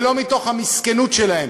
ולא מתוך המסכנות שלהם.